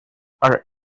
are